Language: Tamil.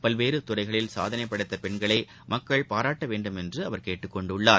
பல்வேறுதுறைகளில் சாதனைபடைத்தபெண்களைமக்களபாராட்டவேண்டுமென்றுஅவர் கேட்டுக்கொண்டுள்ளார்